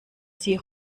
sie